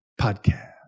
Podcast